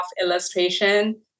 illustration